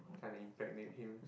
trying to impregnate him